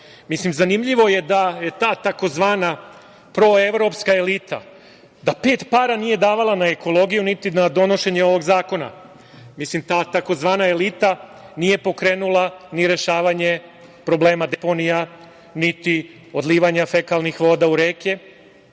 zanimljivo je da ta tzv. proevropska elita pet para nije davala na ekologiju, niti na donošenje ovog zakona. Ta tzv. elita nije pokrenula ni rešavanje problema deponija, niti odlivanja fekalnih voda u reke.